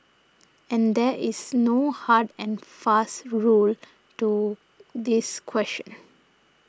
and there is no hard and fast rule to this question